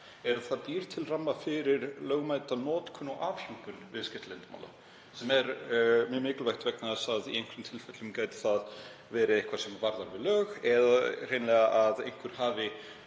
að það býr til ramma fyrir lögmæta notkun og afhjúpun viðskiptaleyndarmála. Það er mjög mikilvægt vegna þess að í einhverjum tilfellum gæti það verið eitthvað sem varðar við lög eða hreinlega að einhver hafi